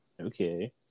Okay